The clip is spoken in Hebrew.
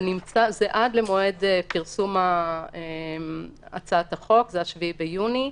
זה עד למועד פרסום הצעת החוק, זה ה-7 ביוני.